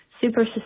super